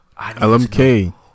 LMK